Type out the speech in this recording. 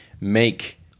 make